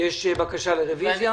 בקשה לרביזיה?